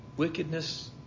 Wickedness